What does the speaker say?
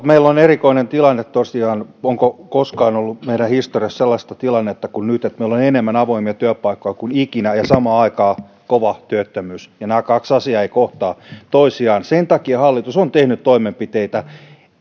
meillä on erikoinen tilanne tosiaan onko koskaan ollut meidän historiassa sellaista tilannetta kuin nyt että meillä on enemmän avoimia työpaikkoja kuin ikinä ja samaan aikaan kova työttömyys ja nämä kaksi asiaa eivät kohtaa toisiaan sen takia hallitus on tehnyt toimenpiteitä